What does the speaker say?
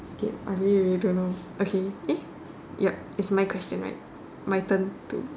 scared I really really don't know okay yup is my question right my turn to